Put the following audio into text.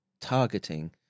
targeting